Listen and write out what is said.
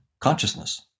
consciousness